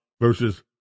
versus